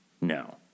no